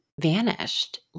vanished